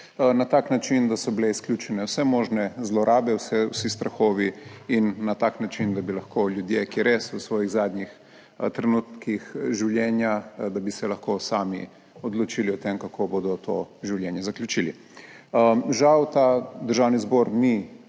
na tak način, da so bile izključene vse možne zlorabe, vsi strahovi in na tak način, da bi lahko ljudje, ki res v svojih zadnjih trenutkih življenja, da bi se lahko sami odločili o tem, kako bodo to življenje zaključili. Žal ta Državni zbor ni